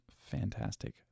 fantastic